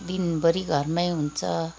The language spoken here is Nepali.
दिनभरि घरमै हुन्छ